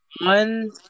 one